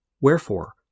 Wherefore